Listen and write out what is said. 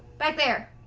back there.